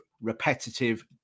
repetitive